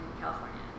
California